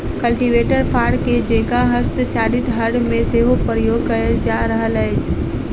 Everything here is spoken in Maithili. कल्टीवेटर फार के जेंका हस्तचालित हर मे सेहो प्रयोग कयल जा रहल अछि